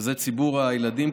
ציבור הילדים,